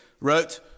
wrote